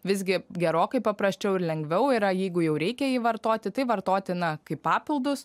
visgi gerokai paprasčiau ir lengviau yra jeigu jau reikia jį vartoti tai vartotina kaip papildus